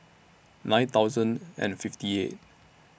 nine thousand and fifty eight